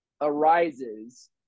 arises